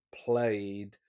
played